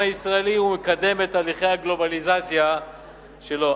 הישראלי ומקדם את הליכי הגלובליזציה שלו.